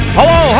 Hello